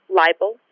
libel